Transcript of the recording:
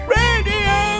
radio